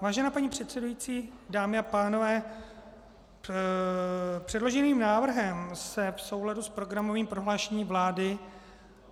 Vážená paní předsedající, dámy a pánové, předloženým návrhem se v souladu s programovým prohlášením vlády,